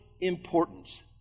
importance